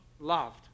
loved